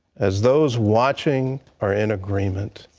as those watching are in agreement,